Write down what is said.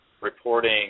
reporting